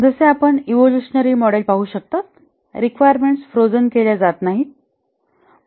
जसे आपण evolutionary model पाहू शकता रिक्वायरमेंट्स फ्रोजन केल्या जात नाहीत